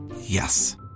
Yes